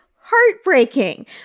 heartbreaking